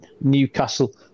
newcastle